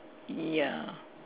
ya